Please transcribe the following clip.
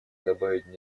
добавить